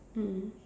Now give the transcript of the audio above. mm